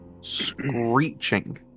screeching